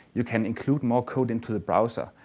you can include more code into the browser.